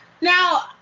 Now